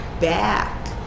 back